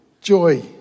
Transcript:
Joy